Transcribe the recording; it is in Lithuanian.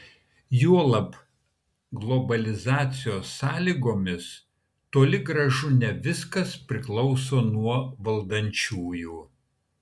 juolab globalizacijos sąlygomis toli gražu ne viskas priklauso nuo valdančiųjų